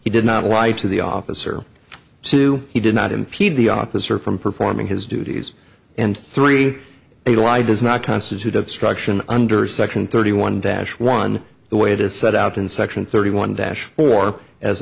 he did not lie to the officer two he did not impede the officer from performing his duties and three a lie does not constitute obstruction under section thirty one dash one the way it is set out in section thirty one dash for as